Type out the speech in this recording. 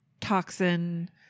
toxin